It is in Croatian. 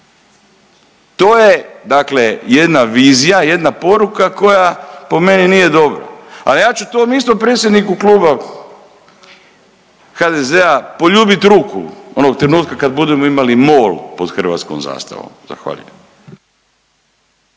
dakle jedna vizija, jedna poruka koja po meni nije dobra. A ja ću tom istom predsjedniku kluba HDZ-a poljubit ruku onog trenutka kad budemo imali MOL pod hrvatskom zastavom. Zahvaljujem.